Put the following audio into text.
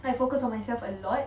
I focus on myself a lot